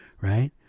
right